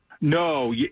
No